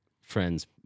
friend's